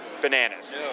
bananas